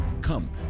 Come